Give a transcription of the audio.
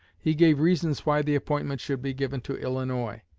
he gave reasons why the appointment should be given to illinois,